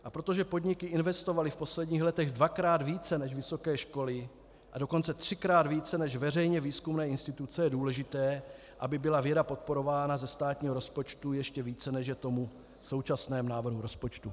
A protože podniky investovaly v posledních letech dvakrát více než vysoké školy a dokonce třikrát více než veřejně výzkumné instituce, je důležité, aby byla věda podporována ze státního rozpočtu ještě více, než je tomu v současném návrhu rozpočtu.